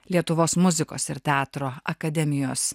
lietuvos muzikos ir teatro akademijos